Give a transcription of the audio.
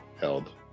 held